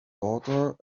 daughter